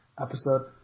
episode